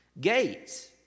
Gates